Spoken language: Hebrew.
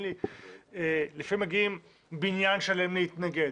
לפעמים מגיעים בניין שלם להתנגד,